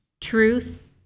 truth